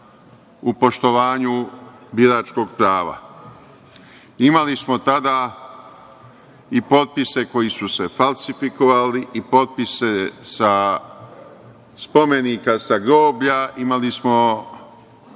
u poštovanju biračkog prava. Imali smo tada i potpise koji su se falsifikovali, potpise sa spomenika sa groblja, imali smo